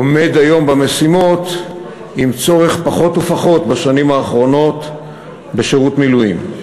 עומד היום במשימות עם פחות ופחות צורך בשנים האחרונות בשירות מילואים.